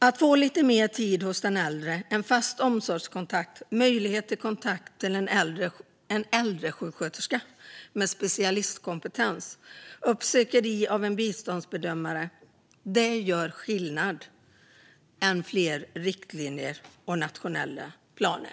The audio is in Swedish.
Att som äldre få lite mer tid med personalen, att få en fast omsorgskontakt, att ha möjlighet till kontakt med en äldresjuksköterska med specialistkompetens och att bli uppsökt av en biståndsbedömare gör större skillnad än fler riktlinjer och nationella planer.